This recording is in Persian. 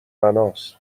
بناست